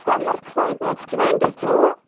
کَمَر تھٲیزیوس twenty two